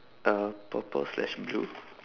uh purple slash blue